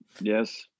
Yes